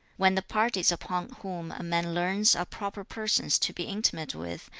when the parties upon whom a man leans are proper persons to be intimate with,